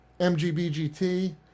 mgbgt